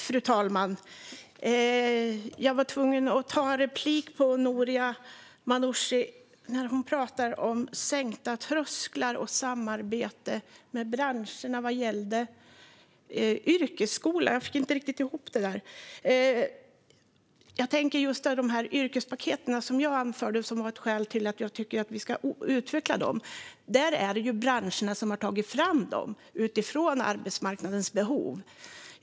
Fru talman! Noria Manouchi pratade om sänkta trösklar och samarbete med branscher vad gällde yrkesskola. Då var jag tvungen att begära replik, för jag fick inte riktigt ihop det. Jag talade om yrkespaketen som branscherna har tagit fram utifrån arbetsmarknadens behov, och dem tycker jag att vi ska utveckla.